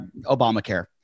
obamacare